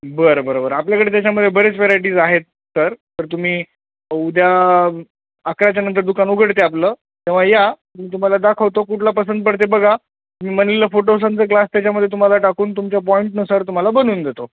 बरं बरं बरं आपल्याकडे त्याच्यामध्ये बरेच व्हरायटीज आहेत सर तर तुम्ही उद्या आकराच्यानंतर दुकान उघडते आपलं तेव्हा या मी तुम्हाला दाखवतो कुठला पसंत पडते बघा तुम्ही म्हटलेला फोटोसनचा ग्लास त्याच्यामध्ये तुम्हाला टाकून तुमच्या पॉईंटनुसार तुम्हाला बनवून देतो